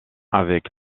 avec